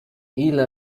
ile